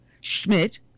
Schmidt